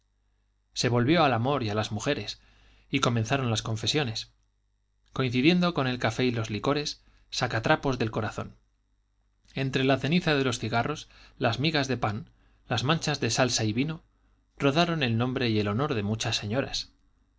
se volvió al amor y a las mujeres y comenzaron las confesiones coincidiendo con el café y los licores sacatrapos del corazón entre la ceniza de los cigarros las migas de pan las manchas de salsa y vino rodaron el nombre y el honor de muchas señoras